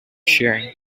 sharing